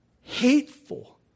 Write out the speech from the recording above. hateful